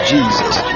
Jesus